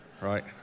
right